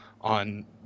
on